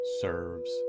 serves